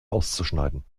auszuschneiden